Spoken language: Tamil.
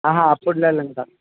ஆ ஹா அப்படிலாம் இல்லைங்க்கா